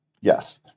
Yes